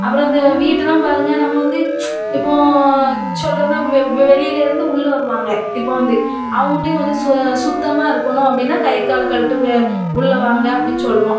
அப்புறம் அந்த வீட்டுலெலாம் பாருங்க நம்ம வந்து இப்போது சொல்றேன்னால் வெ வெளியிலேருந்து உள்ளே வருவாங்க இப்போது வந்து அவங்கட்டையும் கொஞ்சம் சு சுத்தமாக இருக்கணும் அப்படின்னா கை காலை கழுவிட்டு வே உள்ளே வாங்க அப்படின்னு சொல்வோம்